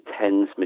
TENS